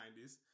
90s